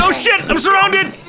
so shit! i'm surrounded!